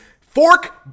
fork